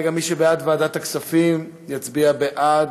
מי שבעד ועדת הכספים, יצביע בעד.